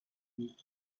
vic